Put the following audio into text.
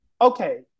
Okay